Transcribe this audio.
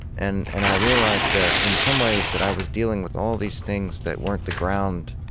and and i realize that, in some ways, that i was dealing with all these things that weren't the ground,